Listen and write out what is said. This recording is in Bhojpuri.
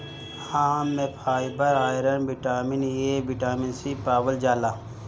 आम में fibre, iron, vitamin A, vitamin C पावल जाला